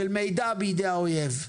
חשיפה של מידע בידי האויב: